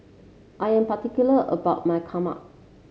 I am particular about my Kheema